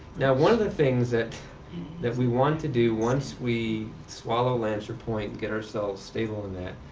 now one of the things that that we want to do once we swallow lancerpoint and get ourselves stable on that,